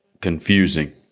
confusing